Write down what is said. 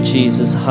Jesus